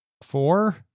Four